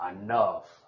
enough